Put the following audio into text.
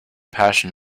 passion